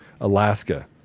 Alaska